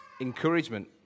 encouragement